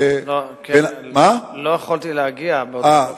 לא יכולתי להגיע באותו הבוקר,